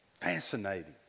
Fascinating